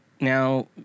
now